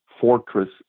fortress